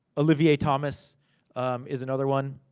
olivia thomas is another one,